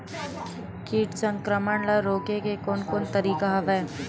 कीट संक्रमण ल रोके के कोन कोन तरीका हवय?